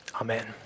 Amen